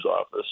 office